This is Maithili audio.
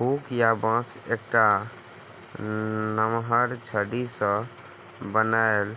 हुक या बंसी एकटा नमहर छड़ी सं बान्हल